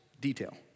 detail